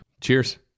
cheers